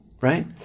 right